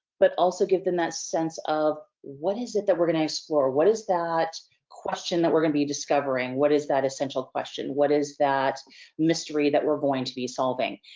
but also give them that sense of, what is it that we're gonna explore? what is that question that we're gonna be discovering? what is that essential question? what is that mystery that we're going to be solving?